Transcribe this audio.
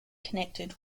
connected